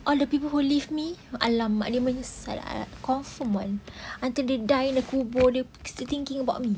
all the people who leave me !alamak! they menyesal I like confirm one until they die in the tomb still thinking about me